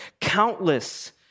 countless